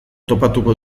topatuko